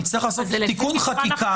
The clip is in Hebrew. נצטרך לעשות פה תיקון חקיקה?